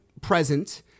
present